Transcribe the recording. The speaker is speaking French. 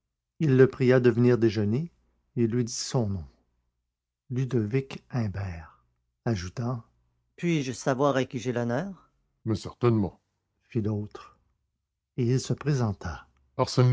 il le pria de venir déjeuner et lui dit son nom ludovic imbert ajoutant puis-je savoir à qui j'ai l'honneur mais certainement fit l'autre et il se présenta